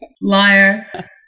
Liar